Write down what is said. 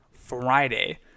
Friday